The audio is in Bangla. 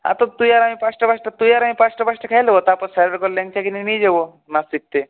হ্যাঁ তো তুই আর আমি পাঁচটা পাঁচটা তুই আর আমি পাঁচটা পাঁচটা খেয়ে নেব তারপর স্যারের ঘর ল্যাংচা কিনে নিয়ে যাব নাচ শিখতে